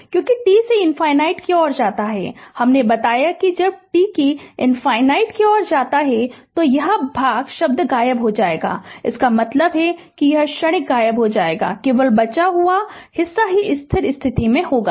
क्योंकि जब t से ∞ की ओर जाता है हमने बताया जब t की ∞ ओर जाता है तो यह भाग शब्द गायब हो जाएगा इसका मतलब है कि क्षणिक गायब हो जाएगा केवल बचा हुआ हिस्सा ही स्थिर स्थिति होगी